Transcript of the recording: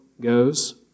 goes